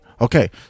okay